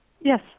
Yes